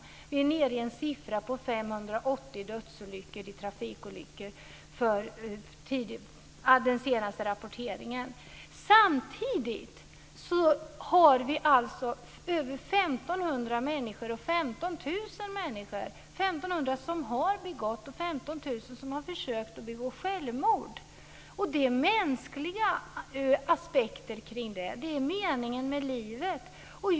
Enligt den senaste rapporteringen är vi nu nere i 580 dödsolyckor i trafiken men samtidigt är det mer än 1 500 personer som har begått självmord och 15 000 personer som har försökt att göra det. I det sammanhanget har vi de mänskliga aspekterna, meningen med livet.